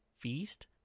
Feast